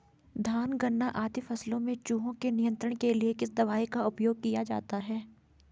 धान गन्ना आदि फसलों में चूहों के नियंत्रण के लिए किस दवाई का उपयोग किया जाता है?